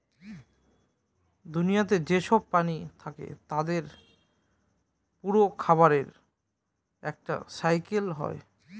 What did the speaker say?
দুনিয়াতে যেসব প্রাণী থাকে তাদের পুরো খাবারের একটা সাইকেল হয়